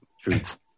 Truth